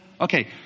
Okay